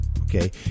Okay